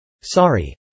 Sorry